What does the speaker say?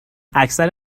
اکثر